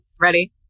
ready